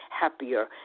happier